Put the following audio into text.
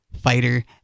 fighter